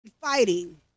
Fighting